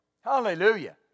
Hallelujah